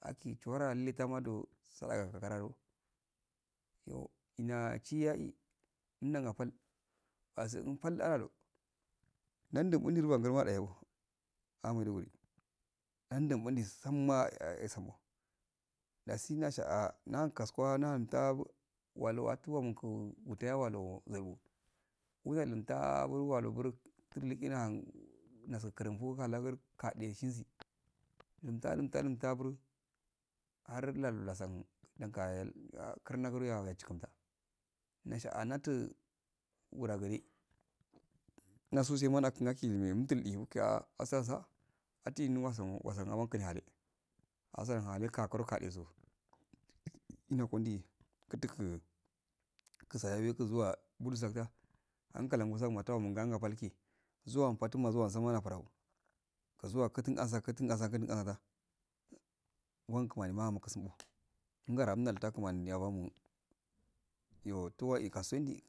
Aki chawri we tanado tsara ka gara do yo ina chiya eh kunda ngo pal wasunki pal do are nandu undu gupal madalie yɔ ah maidugari and bundo samma eh sapbo dasi ah ndu hun kasga nanta walu watu nauku, mutaya walu bzegu wuya kunta gul walu bur turgi nuk nasu kurunbu haksu gade shen si immta lumta bur har nalu nasa nakaye ah kurna giya nashinta nasha ah natu nga ra a gidi na so tse muna naki men unfudi umki asa asa at wasan asan muki hali asa hali gakuro gade so kina kundi kun tugu kasi yagu zuwu mulu sagsa ankal wa masawa matawa pal ki zuwan same zuma ouraw zuwa kutun asa kitin ansa kasa asa wan kumani mahamo kusum oh umgara mta kumani abamo iyo teh eh kasafi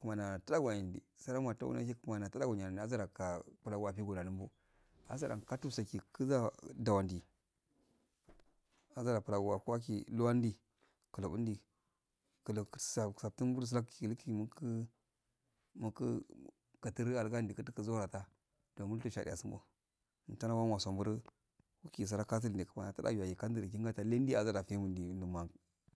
kumani teh warondi grandi kumani tora wandi zraka bulaki waranki bula lungo azraka tusoki kuga tondi azra. Pla kwaki dondi kulu undi kulu kursan saftun gurgun slaki ugugu mugu kuturi alki andu kun so wanga don mushe shade wasun oh mutara wasun nguru muki kasaan wabdi kumani katara wundi and lik luman